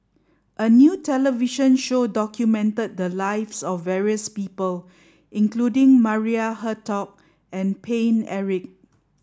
a new television show documented the lives of various people including Maria Hertogh and Paine Eric